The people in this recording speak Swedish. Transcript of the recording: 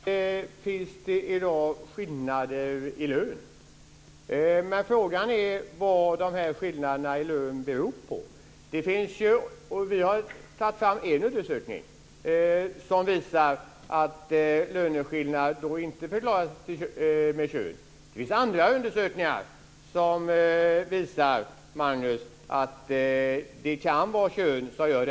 Fru talman! Visst finns det i dag skillnader i lön. Men frågan är vad skillnaderna i lön beror på. Vi har tagit fram en undersökning som visar att löneskillnaderna inte förklaras med kön. Det finns andra undersökningar, Magnus Jacobsson, som visar att det kan vara fråga om kön.